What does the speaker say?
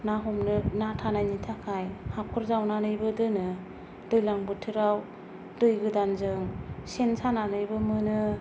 ना हमनो ना थानायनि थाखाय हाखर जावनानैबो दोनो दैज्लां बोथोराव दै गोदानजों सेन सानानैबो मोनो